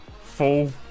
full